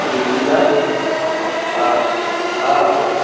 बिजली जा हा हा